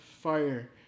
fire